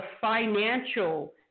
financial